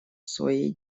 своей